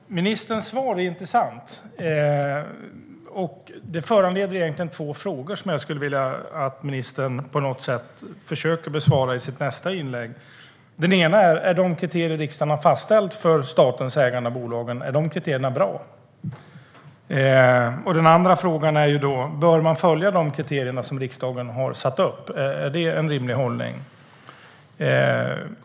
Herr talman! Ministerns svar är intressant. Det föranleder två frågor som jag skulle vilja att ministern på något sätt försöker besvara i sitt nästa inlägg. Den ena frågan är om de kriterier riksdagen har fastställt för statens ägande av bolag är bra. Den andra är om man bör följa de kriterier som riksdagen har satt upp. Är det en rimlig hållning?